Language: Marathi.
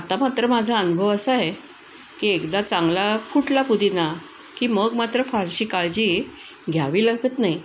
आता मात्र माझा अनुभव असा आहे की एकदा चांगला फुटला पुदिना की मग मात्र फारशी काळजी घ्यावी लागत नाही